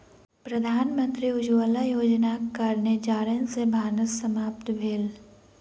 प्रधानमंत्री उज्ज्वला योजनाक कारणेँ जारैन सॅ भानस समाप्त भेल